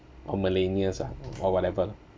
or millennials ah or whatever